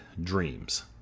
dreams